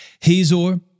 Hazor